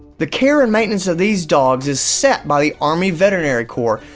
the care and maintenance of these dogs is set by the army veterinary corps,